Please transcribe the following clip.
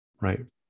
right